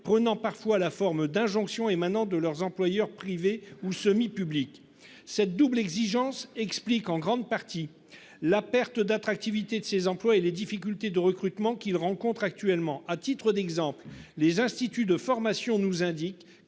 prennent parfois la forme d'injonctions émanant de leurs employeurs privés ou semi-publics. Cette double exigence explique en grande partie la perte d'attractivité de ces emplois et les difficultés de recrutement qu'ils rencontrent actuellement. À titre d'exemple, les instituts de formation nous indiquent